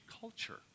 culture